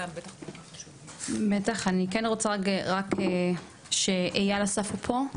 אני כן רוצה רק, איל אסף פה?